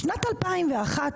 בשנת 2001,